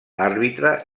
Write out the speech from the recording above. àrbitre